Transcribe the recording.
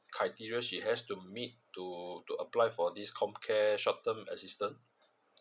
criteria she has to meet to to apply for this comcare short term assistance